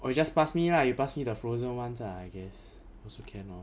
oh you just pass me lah you pass me the frozen ones lah I guess also can lor